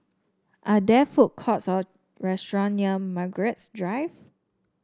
are there food courts or restaurant near Margaret's Drive